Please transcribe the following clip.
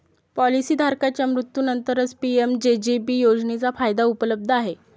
policy धारकाच्या मृत्यूनंतरच PMJJB योजनेचा फायदा उपलब्ध आहे